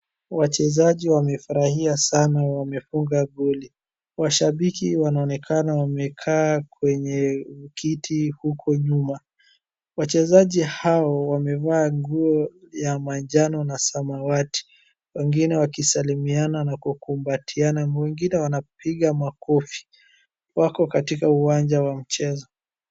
Wachezaji wamefurahia sana wamefunga goli, mashabiki wanaonekana wamekaa kwenye kiti huko nyuma. Wachezaji hao wamevaa nguo ya manjano na samawati, wengine wakisalimiana na kukumbatiana. Mwingine anapiga makofi, wako katika uwanja wa mchezo.